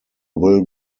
will